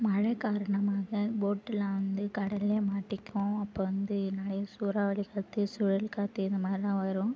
மழை காரணமாக போட்டெல்லாம் வந்து கடல்ல மாட்டிக்கும் அப்போ வந்து நிறையா சூறாவளி காற்று சுழல் காற்று இந்த மாதிரிலாம் வரும்